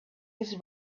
his